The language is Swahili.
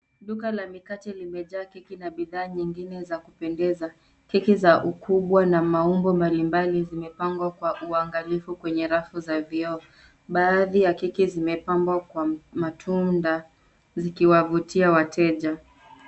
Duka la mikate limejaa keki na bidhaa nyingine za kupendeza. Keki za ukubwa na maumbo mbalimbali zimepangwa kwa uangalifu kwenye rafu za vioo. Baadhi ya keki zimepambwa kwa matunda zikiwavutia wateja.